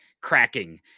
cracking